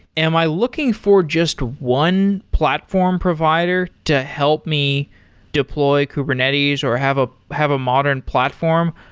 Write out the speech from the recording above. am i looking for just one platform provider to help me deploy kubernetes or have ah have a modern platform,